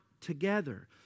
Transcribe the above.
together